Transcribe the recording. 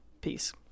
peace